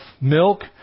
milk